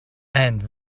and